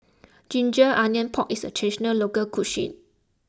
Ginger Onions Pork is a Traditional Local Cuisine